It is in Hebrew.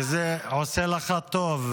-- כי זה עושה לך טוב.